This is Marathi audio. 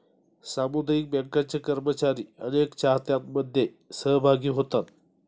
सामुदायिक बँकांचे कर्मचारी अनेक चाहत्यांमध्ये सहभागी होतात